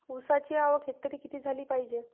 ऊसाची आवक हेक्टरी किती झाली पायजे?